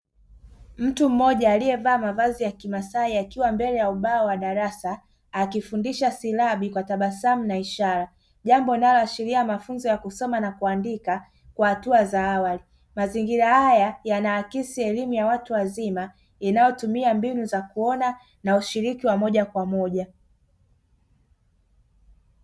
Mtu mmoja aliyevaa mavazi ya kimasai akiwa mbele ya ubao wa darasa akifundisha silabi kwa tabasamu na ishara, jambo linaloashiria mafunzo ya kusoma na kuandika kwa hatua za awali, mazingira haya yanaakisi elimu ya watu wazima inayotumia mbinu za kuona na ushiriki wa moja kwa moja.